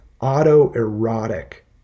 auto-erotic